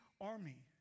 army